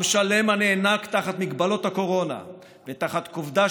עם שלם הנאנק תחת מגבלות הקורונה ותחת כובדה